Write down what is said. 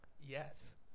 Yes